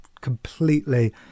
completely